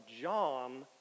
John